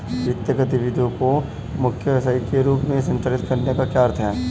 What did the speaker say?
वित्तीय गतिविधि को मुख्य व्यवसाय के रूप में संचालित करने का क्या अर्थ है?